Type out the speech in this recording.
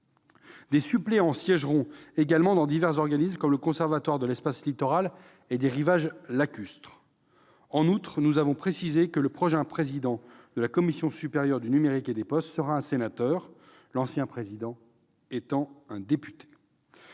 Des suppléants seront maintenant nommés dans divers organismes, comme le Conservatoire de l'espace littoral et des rivages lacustres. En outre, nous avons précisé que le prochain président de la Commission supérieure du numérique et des postes serait un sénateur, l'ancien président étant un député.